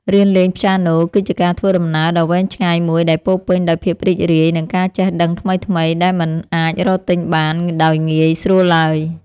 រៀនលេងព្យ៉ាណូគឺជាការធ្វើដំណើរដ៏វែងឆ្ងាយមួយដែលពោរពេញដោយភាពរីករាយ និងការចេះដឹងថ្មីៗដែលមិនអាចរកទិញបានដោយងាយស្រួលឡើយ។